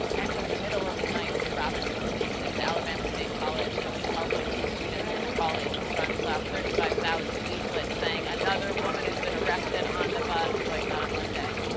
and, so in the middle of the night, robinson sneaks in to alabama state college and, with the help of two students and a colleague, runs off thirty five thousand leaflets saying another woman has been arrested on the bus, boycott on monday.